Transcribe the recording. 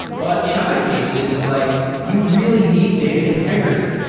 but in other cases, like you really need data integrity.